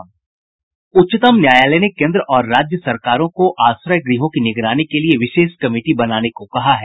उच्चतम न्यायालय ने केन्द्र और राज्य सरकारों को आश्रय गृहों की निगरानी के लिए विशेष कमिटी बनाने को कहा है